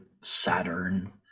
Saturn